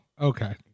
Okay